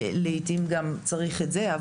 לעתים גם צריך את זה.